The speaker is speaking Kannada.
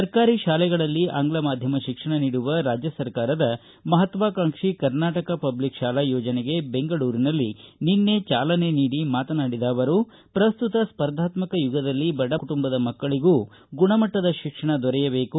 ಸರ್ಕಾರಿ ಶಾಲೆಗಳಲ್ಲಿ ಆಂಗ್ಲ ಮಾಧ್ಯಮ ಶಿಕ್ಷಣನೀಡುವ ರಾಜ್ಯ ಸರ್ಕಾರದ ಮಹತ್ವಾಕಾಂಕ್ಷಿ ಕರ್ನಾಟಕ ಪಬ್ಲಿಕ್ ಶಾಲಾ ಯೋಜನೆಗೆ ಬೆಂಗಳೂರಿನಲ್ಲಿ ನಿನ್ನೆ ಚಾಲನೆ ನೀಡಿ ಮಾತನಾಡಿದ ಅವರು ಪ್ರಸ್ತುತ ಸ್ಪರ್ಧಾತ್ಮಕ ಯುಗದಲ್ಲಿ ಬಡ ಕುಟುಂಬದ ಮಕ್ಕಳಿಗೂ ಗುಣಮಟ್ಟದ ಶಿಕ್ಷಣ ದೊರೆಯಬೇಕು